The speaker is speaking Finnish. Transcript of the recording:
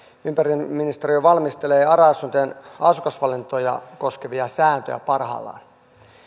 ympäristöministeriö valmistelee ara asuntojen asukasvalintoja koskevia sääntöjä parhaillaan